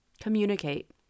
Communicate